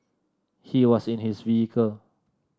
he was in his vehicle